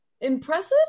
impressive